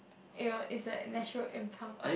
it was its like natural impulse